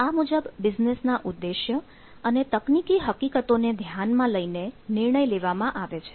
આ મુજબ બિઝનેસના ઉદ્દેશ્ય અને તકનીકી હકીકતોને ધ્યાનમાં લઈને નિર્ણય લેવામાં આવે છે